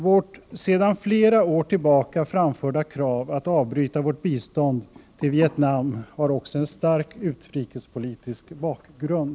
Vårt sedan flera år tillbaka framförda krav att avbryta vårt bistånd till Vietnam har också en stark utrikespolitisk bakgrund.